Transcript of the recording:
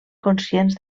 conscients